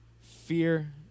Fear